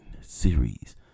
series